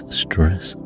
stress